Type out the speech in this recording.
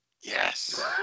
Yes